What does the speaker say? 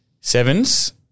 Sevens